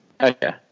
Okay